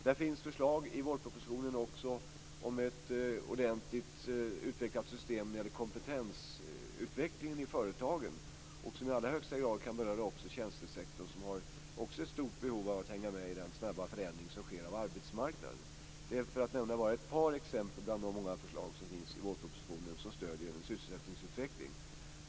Det finns också förslag i vårpropositionen om ett ordentligt utvecklat system för kompetensutvecklingen i företagen, vilket i allra högsta grad berör tjänstesektorn, som har ett stort behov av att hänga med i den snabba förändring som sker av arbetsmarknaden, för att nämna bara ett exempel bland de många förslag som finns i vårpropositionen som stöder en sysselsättningsutveckling.